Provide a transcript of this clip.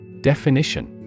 Definition